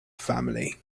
family